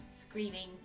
screaming